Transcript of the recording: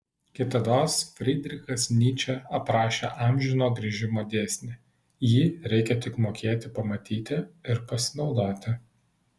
kitados frydrichas nyčė aprašė amžino grįžimo dėsnį jį reikią tik mokėti pamatyti ir pasinaudoti